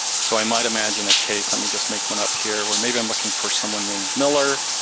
so i might imagine a case, let me just make one up here, or maybe i'm looking for someone named miller.